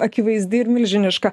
akivaizdi ir milžiniška